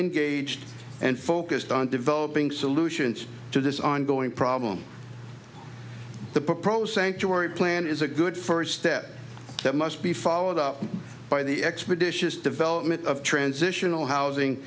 engaged and focused on developing solutions to this ongoing problem the proposed sanctuary plan is a good first step that must be followed up by the expeditious development of transitional housing